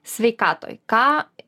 sveikatoj ką